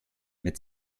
mit